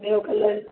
ॿियो कलर